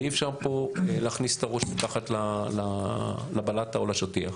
ואי אפשר פה להכניס את הראש מתחת לבלטה או לשטיח,